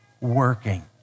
working